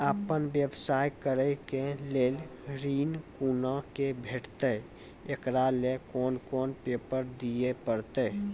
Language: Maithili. आपन व्यवसाय करै के लेल ऋण कुना के भेंटते एकरा लेल कौन कौन पेपर दिए परतै?